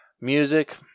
Music